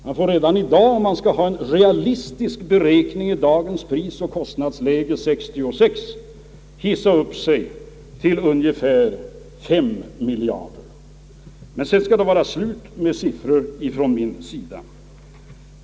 Man måste redan i dag, om man skall ha en realistisk beräkning av dagens prisoch kostnadsläge, 1966 hissa upp sig till ungefär 5 miljarder. — Men sedan skall det vara slut med siffror från min sida.